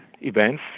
events